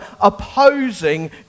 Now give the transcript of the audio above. opposing